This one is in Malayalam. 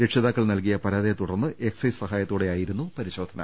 രക്ഷിതാക്കൾ നൽകിയ പരാതിയെത്തു ടർന്ന് എക്സൈസ് സഹായത്തോടെയായിരുന്നു പരിശോ ധന